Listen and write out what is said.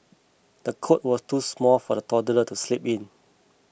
the cot was too small for the toddler to sleep in